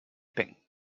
pins